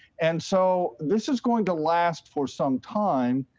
and so this is going to last for sometime,